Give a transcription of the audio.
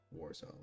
Warzone